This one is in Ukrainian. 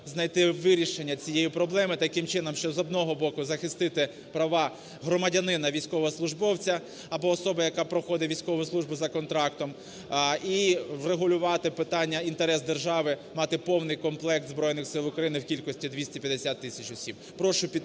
знайти вирішення цієї проблеми таким чином, щоб з одного боку захистити права громадянина військовослужбовця або особи, яка проходить військову службу за контрактом. І врегулювати питання, інтерес держави, мати повний комплект Збройних Сил України в кількості 250 тисяч осіб.